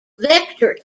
vector